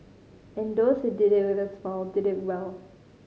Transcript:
and those who did it with a smile did it well